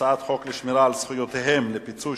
הצעת החוק לשמירה על זכויותיהם לפיצוי